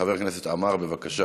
חבר הכנסת עמאר, בבקשה.